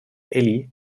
elli